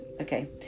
Okay